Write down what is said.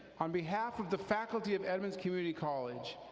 on behalf of the faculty of edmonds community college,